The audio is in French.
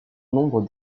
nombre